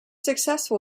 successful